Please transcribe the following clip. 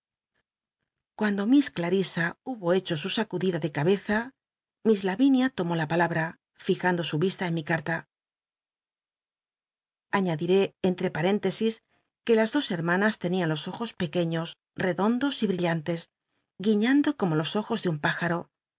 cuando miss clal'isa hubo hecho su sacudida de cabeza miss lavinia l omó la palabra fijando su vista en mi carta añadiré entre paréntesis que las dos hcr manas tenían los ojos pequeños redondos y brillantes guiñando como los ojos de un püjaro